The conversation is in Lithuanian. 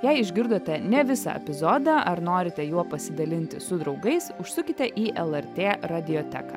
jei išgirdote ne visą epizodą ar norite juo pasidalinti su draugais užsukite į lrt radioteką